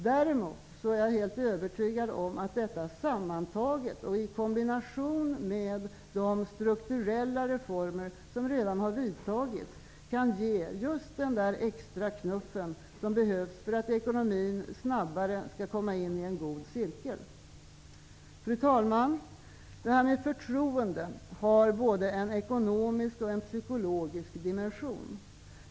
Däremot är jag helt övertygad om att detta sammantaget och i kombination med de strukturella reformer som redan har gjorts kan ge just den där extra knuffen som behövs för att ekonomin snabbare skall komma in i en god cirkel. Fru talman! Förtroende har både en ekonomisk och en psykologisk dimension.